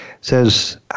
says